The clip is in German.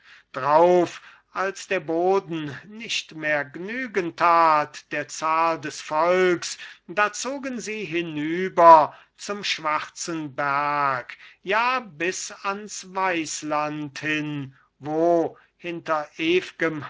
drauf als der boden nicht mehr gnügen tat der zahl des volks da zogen sie hinüber zum schwarzen berg ja bis ans weissland hin wo hinter ew'gem